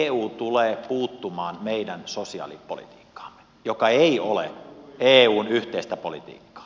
eu tulee puuttumaan meidän sosiaalipolitiikkaamme joka ei ole eun yhteistä politiikkaa